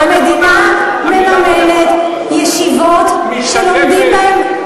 המדינה מממנת ישיבות שלומדים בהן, משתתפת.